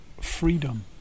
freedom